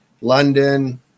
London